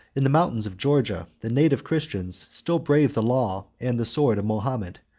in the mountains of georgia, the native christians still braved the law and the sword of mahomet,